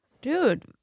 Dude